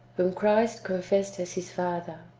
whom christ confessed as his father.